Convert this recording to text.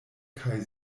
kaj